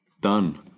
Done